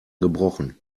gebrochen